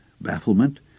bafflement